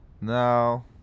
No